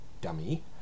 dummy